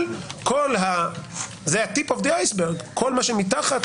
אבל זה קצה הקרחון, כל מה שמתחת